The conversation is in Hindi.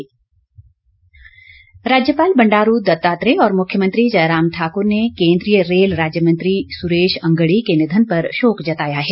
शोक राज्यपाल बंडारू दत्तात्रेय और मुख्यमंत्री जयराम ठाकुर ने केंद्रीय रेल राज्य मंत्री सुरेश अंगड़ी के निधन पर शोक जताया है